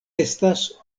estas